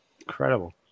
Incredible